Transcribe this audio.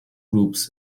groups